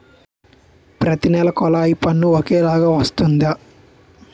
ప్రతి నెల కొల్లాయి పన్ను ఒకలాగే వస్తుందా?